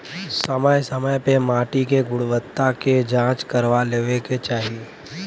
समय समय पे माटी के गुणवत्ता के जाँच करवा लेवे के चाही